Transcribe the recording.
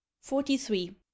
Forty-three